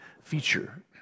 feature